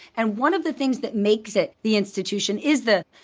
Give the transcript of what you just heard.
and one of the things that makes it the institution is the,